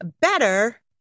better